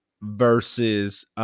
versus